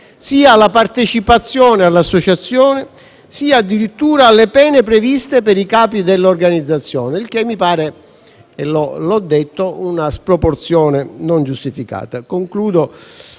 sia alla partecipazione all'associazione sia addirittura alle pene previste per i capi dell'organizzazione, il che, come ho detto, mi pare una sproporzione non giustificata.